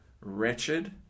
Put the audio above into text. wretched